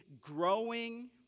growing